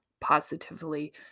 positively